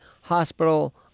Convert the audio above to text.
hospital